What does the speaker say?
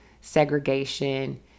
segregation